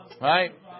Right